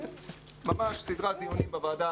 ממש סדרת דיונים בוועדה,